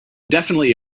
definitely